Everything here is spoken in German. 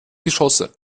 geschosse